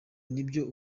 nibyo